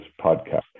podcast